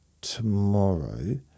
tomorrow